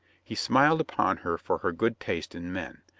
he smiled upon her for her good taste in men.